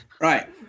Right